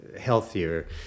healthier